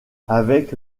avec